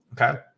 Okay